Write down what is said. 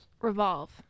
Revolve